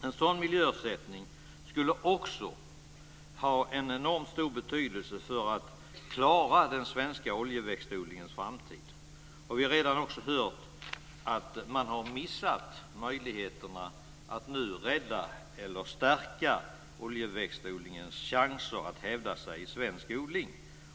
En sådan miljöersättning skulle också ha en enormt stor betydelse för att klara den svenska oljeväxtodlingens framtid. Vi har ju redan hört att man har missat möjligheterna att nu rädda eller stärka oljeväxtodlingens chanser att hävda sig i svensk odling.